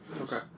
Okay